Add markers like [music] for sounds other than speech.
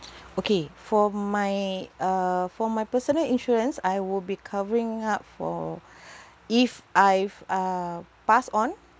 okay for my uh for my personal insurance I will be covering up for [breath] if I've uh passed on